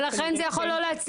ולכן זה יכול לא להצליח,